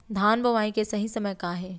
धान बोआई के सही समय का हे?